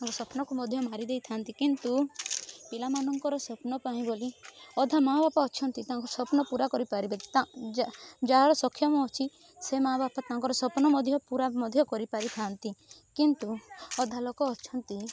ତାଙ୍କ ସ୍ୱପ୍ନକୁ ମଧ୍ୟ ମାରିଦେଇଥାନ୍ତି କିନ୍ତୁ ପିଲା ମାନଙ୍କର ସ୍ୱପ୍ନ ପାଇଁ ବୋଲି ଅଧା ମା ବାପା ଅଛନ୍ତି ତାଙ୍କ ସ୍ୱପ୍ନ ପୁରା କରିପାରିବେ ଯାହାର ସକ୍ଷମ ଅଛି ସେ ମା ବାପା ତାଙ୍କର ସ୍ୱପ୍ନ ମଧ୍ୟ ପୁରା ମଧ୍ୟ କରିପାରିଥାନ୍ତି କିନ୍ତୁ ଅଧା ଲୋକ ଅଛନ୍ତି